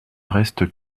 reste